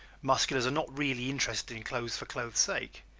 musculars are not really interested in clothes for clothes' sake.